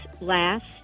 last